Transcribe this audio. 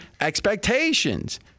expectations